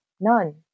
None